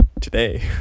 Today